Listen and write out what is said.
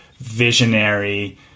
visionary